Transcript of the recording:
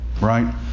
right